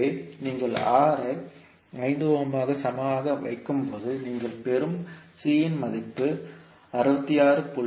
எனவே நீங்கள் R ஐ 5 ஓம் க்கு சமமாக வைக்கும்போது நீங்கள் பெறும் C இன் மதிப்பு 66